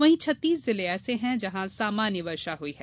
वहीं छत्तीस जिले ऐसे है जहां सामान्य वर्षा हुई है